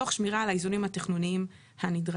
תוך שמירה על האיזונים התכנוניים הנדרשים.